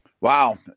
Wow